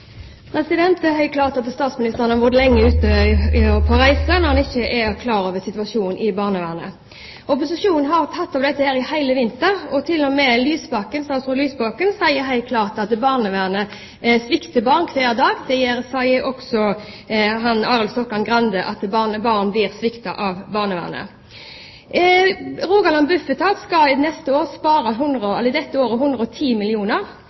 Det er helt klart at statsministeren har vært lenge ute på reise når han ikke er klar over situasjonen i barnevernet. Opposisjonen har tatt opp dette i hele vinter, og til og med statsråd Lysbakken sier helt klart at barnevernet svikter barn hver dag. Også Arild Stokkan-Grande sier at barn blir sviktet av barnevernet. Rogaland Bufetat skal dette året spare